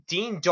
Dean